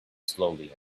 slowly